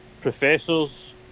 professors